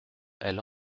elle